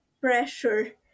pressure